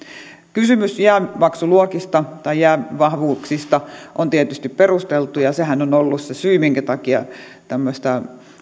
kysymys jäämaksuluokista tai jäävahvuuksista on tietysti perusteltu ja sehän on ollut se syy minkä takia tämmöistä